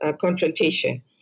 confrontation